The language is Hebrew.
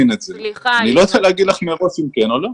אני לא רוצה להגיד לך מראש אם כן או לא.